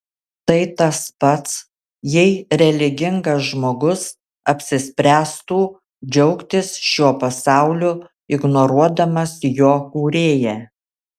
tai tas pats jei religingas žmogus apsispręstų džiaugtis šiuo pasauliu ignoruodamas jo kūrėją